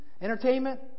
Entertainment